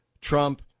Trump